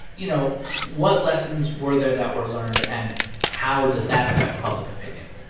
you know, what lessons were there that were learned, and how does that affect public opinion?